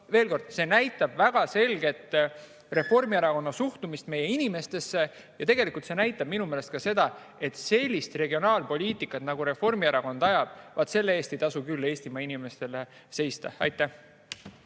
see näitab väga selgelt Reformierakonna suhtumist meie inimestesse. Ja tegelikult see näitab minu meelest ka seda, et sellise regionaalpoliitika eest, nagu Reformierakond ajab, ei tasu küll Eestimaa inimestel seista. Aitäh!